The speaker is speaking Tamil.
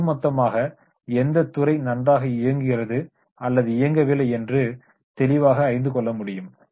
பின்னர் ஒட்டுமொத்தமாக எந்தத் துறை நன்றாக இயங்குகிறது அல்லது இயங்கவில்லை என்று தெளிவாகத் அறிந்து கொள்ள முடியும்